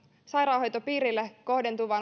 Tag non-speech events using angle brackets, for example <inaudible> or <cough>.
sairaanhoitopiireille kohdentuva <unintelligible>